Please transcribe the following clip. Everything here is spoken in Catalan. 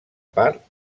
part